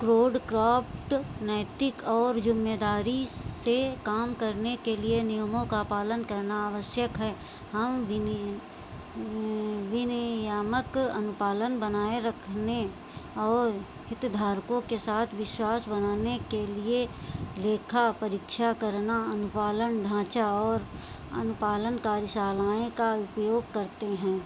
क्रोड क्रॉप्ट नैतिक और ज़िम्मेदारी से काम करने के लिए नियमों का पालन करना आवश्यक है हम विनी विनियामक अनुपालन बनाए रखने और हितधारकों के साथ विश्वास बनाने के लिए लेखा परीक्षा करना अनुपालन ढाँचा और अनुपालन कार्यशालाएँ का उपयोग करते हैं